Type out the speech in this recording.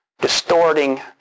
distorting